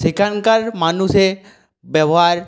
সেখানকার মানুষের ব্যবহার